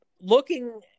looking